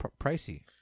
pricey